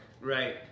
Right